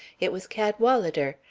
it was cadwalader.